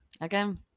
Again